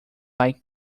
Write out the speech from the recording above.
like